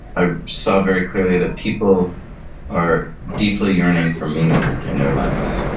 i saw very clearly that people are deeply yearning for meaning in their lives.